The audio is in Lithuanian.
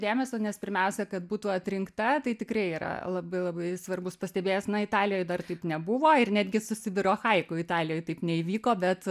dėmesio nes pirmiausia kad būtų atrinkta tai tikrai yra labai labai svarbus pastebėjęs italijoj dar taip nebuvo ir netgi su sibiro haiku italijoj taip neįvyko bet